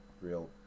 real